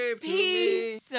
peace